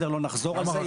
לא נחזור על זה.